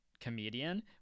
comedian